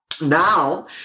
now